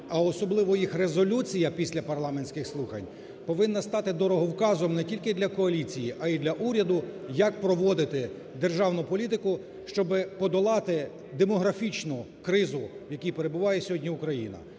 а особливо їх резолюція після парламентських слухань повинна стати дороговказом не тільки для коаліції, а й для уряду, як проводити державну політику, щоб подолати демографічну кризу, в якій перебуває сьогодні Україна.